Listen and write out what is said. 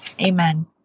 Amen